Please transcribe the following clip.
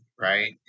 right